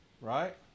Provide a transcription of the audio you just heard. right